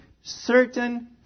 certain